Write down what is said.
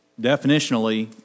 Definitionally